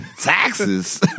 Taxes